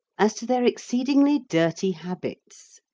as to their exceedingly dirty habits.